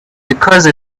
because